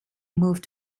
moved